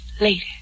later